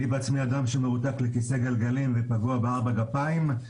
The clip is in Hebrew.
אני בעצמי אדם מרותק לכיסא גלגלים ופגוע בארבע גפיים.